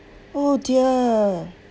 oh dear